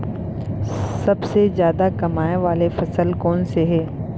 सबसे जादा कमाए वाले फसल कोन से हे?